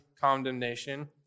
condemnation